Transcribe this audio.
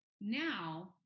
Now